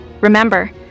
Remember